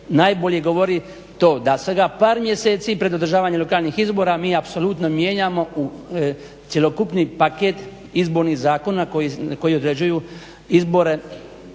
najbolje govori to da svega par mjeseci pred održavanje lokalnih izbora mi apsolutno mijenjamo cjelokupni paket izbornih zakona koji određuju izbore